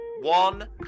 One